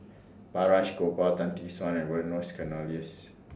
Balraj Gopal Tan Tee Suan and Vernon's Cornelius